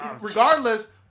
regardless